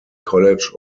college